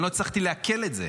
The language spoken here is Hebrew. אני לא הצלחתי לעכל את זה.